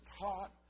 taught